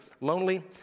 lonely